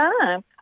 time